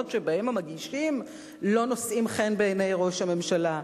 שבהן המגישים לא נושאים חן בעיני ראש הממשלה,